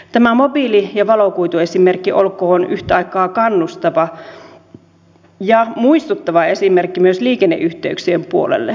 tämä mobiili ja valokuituesimerkki olkoon yhtä aikaa kannustava ja muistuttava esimerkki myös liikenneyhteyksien puolelle